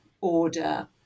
order